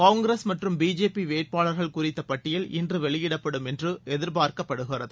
காங்கிரஸ் மற்றும் பிஜேபி வேட்பாளர்கள் குறித்த பட்டியல் இன்று வெளியிடப்படும் என்று எதிர்பார்க்கப்படுகிறது